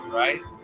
right